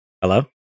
Hello